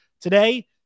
today